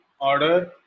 order